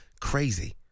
crazy